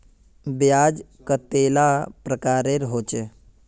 ब्याज कतेला प्रकारेर होचे?